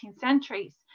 centuries